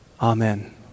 Amen